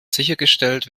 sichergestellt